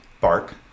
bark